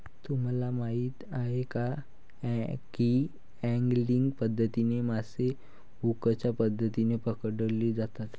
तुम्हाला माहीत आहे का की एंगलिंग पद्धतीने मासे हुकच्या मदतीने पकडले जातात